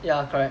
ya correct